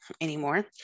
anymore